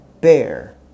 bear